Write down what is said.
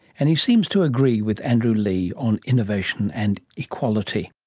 and he seems to agree with andrew leigh on innovation and equality